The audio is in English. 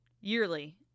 yearly